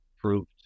proved